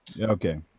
Okay